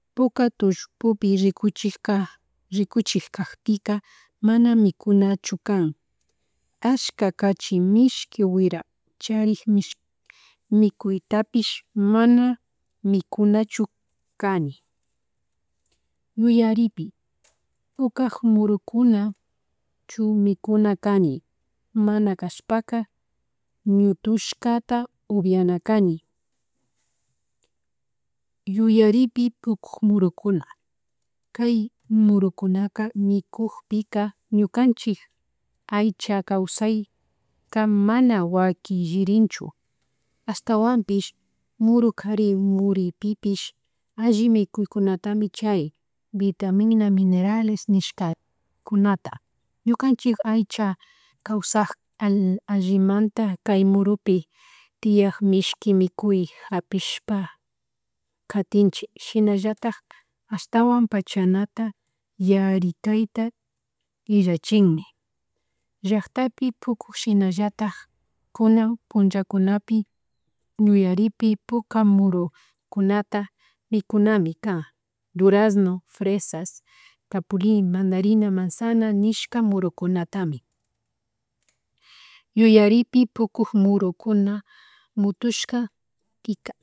Puka tullpipi rikuchika rikuchuchik kakpika mana mikunachu kan kashka kachi mishki wira charik mikuytapish mana mikunachu kani yuyaripi, pukak murukunchu mikuna kani mana kashpaka ñutushkata upiana kani, yuyaripi pukuk murukuna kay murukunaka mikukpi ñukanchik aycha kawsayka mana wakllirinchu ashtawanpish muru kari muri pipish alli mikuykuntami charin vitamina, minerales nishkakunata ñukanchik aycha kawasak allimanta kay murupi tiak mishki mikuy japishpa katinchik sinallatak ashtawan pachanata yarikayta illachinmi, llaktapi pukuk shiballatk kunan punllakunapi yuyaripi puka murukunta mikunami kan durazno, fresa, capuli, mandarina, manzanas, nishka murukunatami, yuyaripi pukuk murukuna mutushkapika